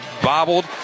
bobbled